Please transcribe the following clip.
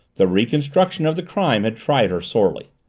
the reconstruction of the crime had tried her sorely.